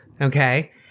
Okay